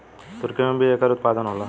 तुर्की में भी एकर उत्पादन होला